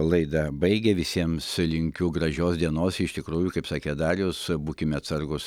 laidą baigė visiems linkiu gražios dienos iš tikrųjų kaip sakė darius būkime atsargūs